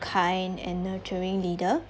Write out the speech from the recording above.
kind and nurturing leader